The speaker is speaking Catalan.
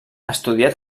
estudià